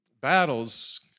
battles